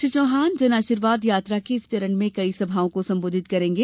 श्री चौहान जनआशीर्वाद यात्रा के इस चरण में कई सभाओं को संबोधित करेंगे